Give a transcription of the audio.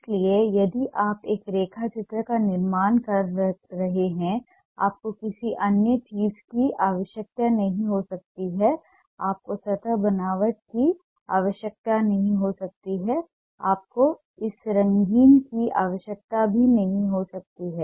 इसलिए यदि आप एक रेखा चित्र का निर्माण कर रहे हैं तो आपको किसी अन्य चीज़ की आवश्यकता नहीं हो सकती है आपको सतह बनावट की आवश्यकता नहीं हो सकती है आपको इसे रंगने की आवश्यकता भी नहीं हो सकती है